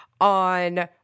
on